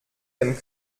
dem